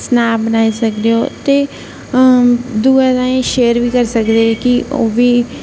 Snape बनाई सकदे ओ ते दुऐ तांई शेयर बी करी सकदे कि ओह्बी